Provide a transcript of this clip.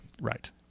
Right